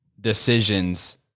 decisions